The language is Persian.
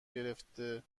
گرفته